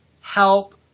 help